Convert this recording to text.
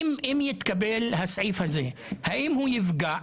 אם יתקבל הסעיף הזה, האם הוא יפגע